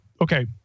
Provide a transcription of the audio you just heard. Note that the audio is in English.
Okay